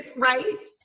right?